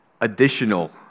additional